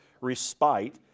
respite